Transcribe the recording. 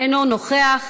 אינו נוכח.